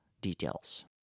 details